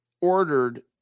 ordered